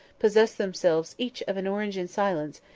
possess themselves each of an orange in silence,